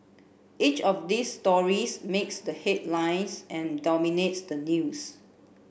each of these stories makes the headlines and dominates the news